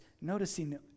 noticing